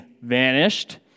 vanished